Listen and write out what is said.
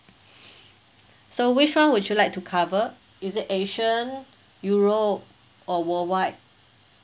so which [one] would you like to cover is it asian europe or worldwide